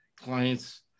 clients